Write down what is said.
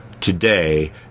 today